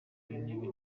w’intebe